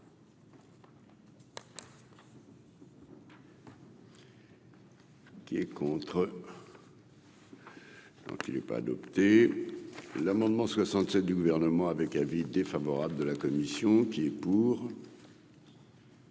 Qui est contre. Donc il est pas adopté l'amendement 67 du gouvernement avec avis défavorable de la commission qui est pour.